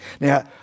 Now